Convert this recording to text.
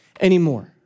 anymore